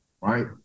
right